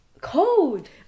cold